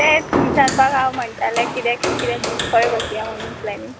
तेंच विचारपाक हांव म्हणटालें किद्याक किद्याक खंय वसया म्हणून प्लॅनिंग